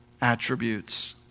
attributes